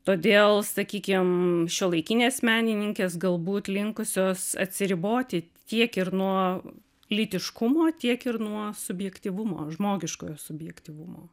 todėl sakykim šiuolaikinės menininkės galbūt linkusios atsiriboti tiek ir nuo lytiškumo tiek ir nuo subjektyvumo žmogiškojo subjektyvumo